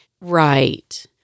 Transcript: Right